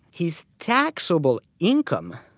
his taxable income,